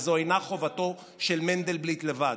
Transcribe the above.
וזו אינה חובתו של מנדלבליט לבד,